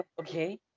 okay